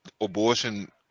abortion